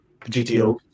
gto